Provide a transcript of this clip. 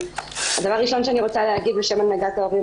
דבר ראשון שאני רוצה להגיד בשם הנהגת ההורים